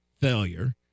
failure